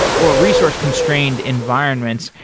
or a resource-constrained environments.